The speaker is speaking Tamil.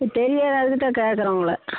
தெரியாது அதுக்கு தான் கேட்கறேன் உங்களை